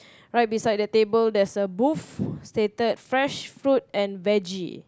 right beside the table there's a booth stated fresh food and veggie